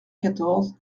quatorze